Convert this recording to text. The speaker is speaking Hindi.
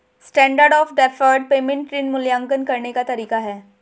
स्टैण्डर्ड ऑफ़ डैफर्ड पेमेंट ऋण मूल्यांकन करने का तरीका है